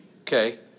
Okay